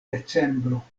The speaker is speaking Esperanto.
decembro